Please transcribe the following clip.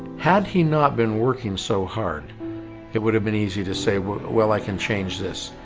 had he not been working so hard it would have been easy to say well well i can change this.